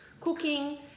cooking